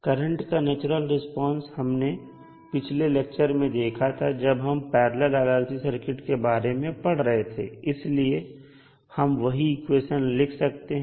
current का natural response हमने पिछले लेक्चर में देखा था जब हम पैरलल RLC सर्किट के बारे में पढ़ रहे थे इसलिए हम वही इक्वेशन लिख सकते हैं